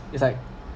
it's like